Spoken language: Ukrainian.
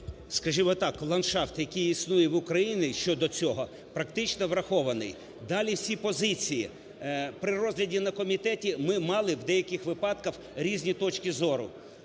Скажімо так, ландшафт, який існує в Україні щодо цього практично врахований. Далі всі позиції. При розгляді на комітеті ми мали в деяких випадках різні точки зору,